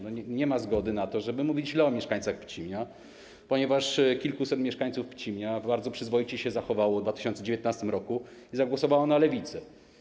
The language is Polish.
Nie ma zgody na to, żeby mówić źle o mieszkańcach Pcimia, ponieważ kilkuset mieszkańców Pcimia bardzo przyzwoicie zachowało się w 2019 r. i zagłosowało na Lewicę.